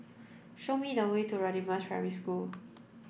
show me the way to Radin Mas Primary School